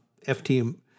FTM